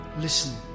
Listen